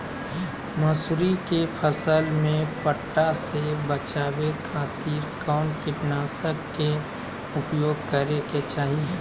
मसूरी के फसल में पट्टा से बचावे खातिर कौन कीटनाशक के उपयोग करे के चाही?